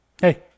Hey